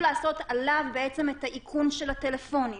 לעשות בעצם את האיכון של הטלפונים.